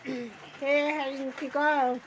সেয়ে হেৰি কি কয়